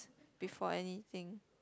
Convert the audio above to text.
before anything